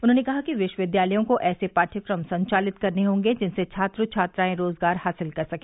उन्होंने कहा कि विश्वविद्यालयों को ऐसे पाठयक्रम संचालित करने होंगे जिनसे छात्र छात्राएं रोजगार हासिल कर सके